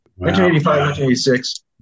1985-1986